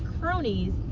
cronies